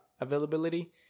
availability